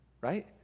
right